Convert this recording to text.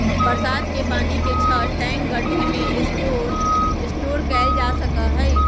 बरसात के पानी के छत, टैंक, गढ्ढे में स्टोर कइल जा सका हई